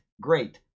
great